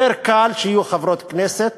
יותר קל שיהיו חברות כנסת